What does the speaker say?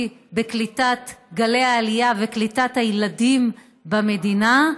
בקליטת גלי העלייה וקליטת הילדים במדינה.